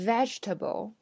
Vegetable